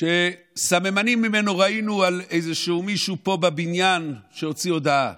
שסממנים ממנו ראינו על איזשהו מישהו פה בבניין שהוציא הודעה